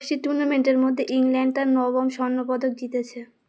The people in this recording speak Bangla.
পি টুর্নামেন্টের মধ্যে ইংল্যান্ডার নবম স্বর্ণ পদক জিতেছে